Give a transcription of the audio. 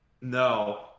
No